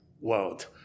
world